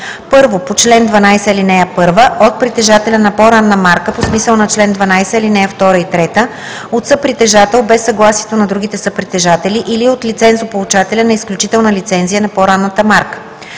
1. по чл. 12, ал. 1 – от притежателя на по-ранна марка по смисъла на чл. 12, ал. 2 и 3, от съпритежател без съгласието на другите съпритежатели или от лицензополучателя на изключителна лицензия на по-ранната марка;